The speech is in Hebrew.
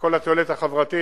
וכל התועלת החברתית.